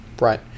right